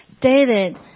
David